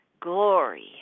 Glory